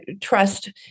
trust